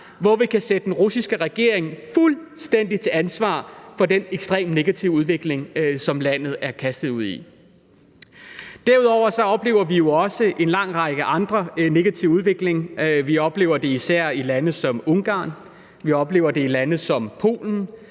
hvor vi kan sætte den russiske regering fuldstændig til ansvar for den ekstremt negative udvikling, som landet er kastet ud i. Derudover oplever vi jo også en lang række andre negative udviklinger. Vi oplever det især i lande som Ungarn, og vi oplever det i lande som Polen.